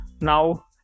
now